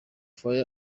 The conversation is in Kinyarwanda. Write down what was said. fire